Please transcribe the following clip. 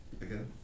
again